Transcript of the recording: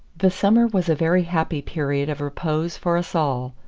the summer was a very happy period of repose for us all.